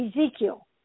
Ezekiel